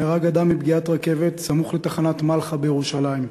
נהרג אדם מפגיעת רכבת סמוך לתחנת מלחה בירושלים.